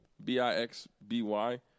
B-I-X-B-Y